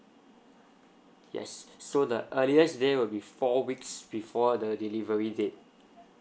yes so the earliest day will be four weeks before the delivery date